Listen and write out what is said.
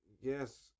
Yes